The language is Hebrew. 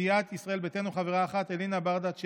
סיעת ישראל ביתנו, חברה אחת, אלינה ברדץ יאלוב.